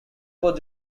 both